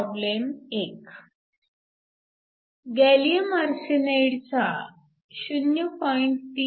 problem 1 gallium आर्सेनाईडचा 0